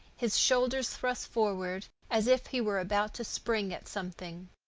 his shoulders thrust forward as if he were about to spring at something.